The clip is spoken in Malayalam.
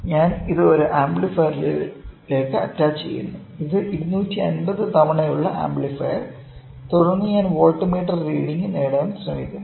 ഞാൻ ഇത് ഒരു ആംപ്ലിഫയറിലേക്ക് അറ്റാച്ചുചെയ്യുന്നു ഇത് 250 തവണയുള്ള ആംപ്ലിഫയർ തുടർന്ന് ഞാൻ വോൾട്ട്മീറ്റർ റീഡിംഗ് നേടാൻ ശ്രമിക്കുന്നു